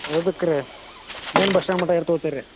ಅದಕ್ಕೆ ರೀ main bus stand ಮಟ್ಟ ಏರ್ ತಗೋತೀರ ರೀ